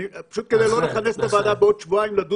תראה, אני בהחלט מסכים עם רוח הדברים של מתן.